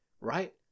right